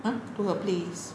!huh! to her place